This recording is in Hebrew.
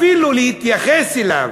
אפילו להתייחס אליו,